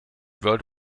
world